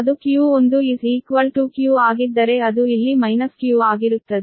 ಅದು q1 q ಆಗಿದ್ದರೆ ಅದು ಇಲ್ಲಿ ಮೈನಸ್ q ಆಗಿರುತ್ತದೆ